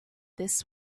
this